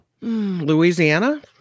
Louisiana